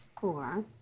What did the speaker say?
four